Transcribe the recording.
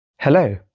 Hello